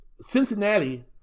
Cincinnati